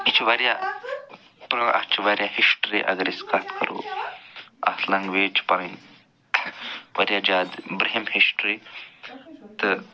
یہِ چھُ وارِیاہ پرٛٲں اَتھ چھِ وارِیاہ ہشٹرٛی اگر أسۍ کتھ کَرو اَتھ لنٛگویج چھِ پنٕںی وارِیاہ زیادٕ برٛنٛہِم ہشٹرٛی تہٕ